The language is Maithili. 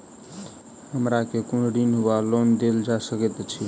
हमरा केँ कुन ऋण वा लोन देल जा सकैत अछि?